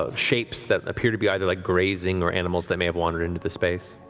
ah shapes that appear to be either like grazing or animals that may have wandered into the space.